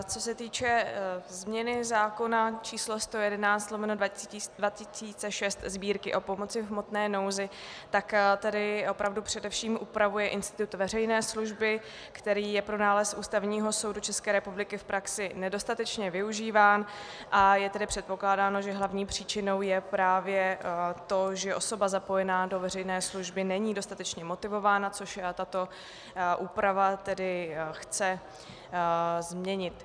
Co se týče změny zákona č. 111/2006 Sb., o pomoci v hmotné nouzi, tak tedy opravdu především upravuje institut veřejné služby, který je pro nález Ústavního soudu České republiky v praxi nedostatečně využíván, a je tedy předpokládáno, že hlavní příčinou je právě to, že osoba zapojená do veřejné služby není dostatečně motivována, což tato úprava tedy chce změnit.